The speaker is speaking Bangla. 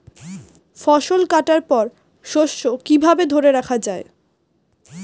ফসল কাটার পর শস্য কিভাবে ধরে রাখা য়ায়?